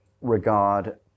regard